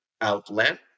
outlet